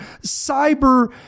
cyber